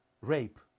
rape